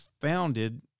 founded